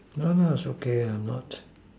no lah it's okay you're not